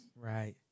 right